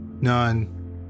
None